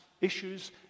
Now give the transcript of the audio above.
issues